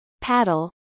paddle